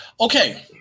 Okay